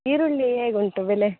ಈರುಳ್ಳಿ ಹೇಗ್ ಉಂಟು ಬೆಲೆ